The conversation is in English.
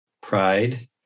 Pride